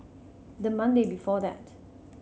the Monday before that